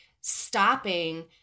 stopping